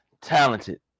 talented